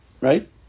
right